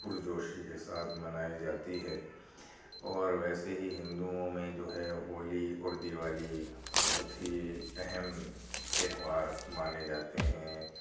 پرجوشی کے ساتھ منائی جاتی ہے اور ویسے ہی ہندوؤں میں جو ہے ہولی اور دیوالی بہت ہی اہم تہوار مانے جاتے ہیں